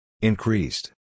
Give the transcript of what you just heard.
Increased